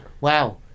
Wow